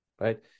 right